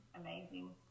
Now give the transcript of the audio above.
amazing